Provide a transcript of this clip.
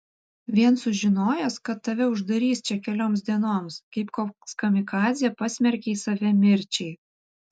vien sužinojęs kad tave uždarys čia kelioms dienoms kaip koks kamikadzė pasmerkei save mirčiai